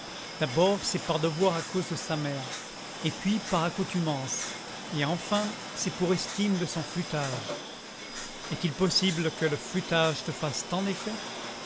d'abord c'est par devoir à cause de sa mère et puis par accoutumance et enfin c'est pour estime de son flûtage est-il possible que le flûtage te fasse tant d'effet